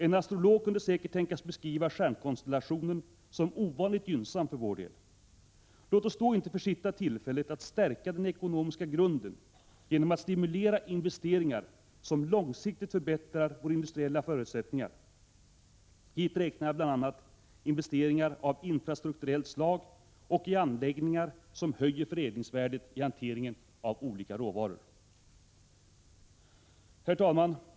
En astrolog kunde säkert tänkas beskriva stjärnkonstellationen som ovanligt gynnsam för vår del. Låt oss då inte försitta tillfället att stärka den ekonomiska grunden genom att stimulera investeringar som långsiktigt förbättrar våra industriella förutsättningar. Hit räknar jag bl.a. investeringar av infrastrukturellt slag och i anläggningar som höjer förädlingsvärdet i hanteringen av olika råvaror.